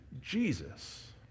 Jesus